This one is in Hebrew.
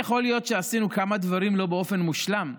יכול להיות שעשינו כמה דברים לא באופן מושלם,